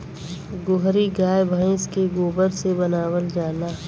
गोहरी गाय भइस के गोबर से बनावल जाला